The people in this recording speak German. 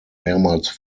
mehrmals